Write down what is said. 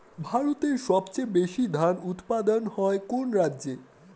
ভারতের সবচেয়ে বেশী ধান উৎপাদন হয় কোন রাজ্যে?